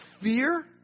fear